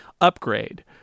upgrade